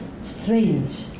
Strange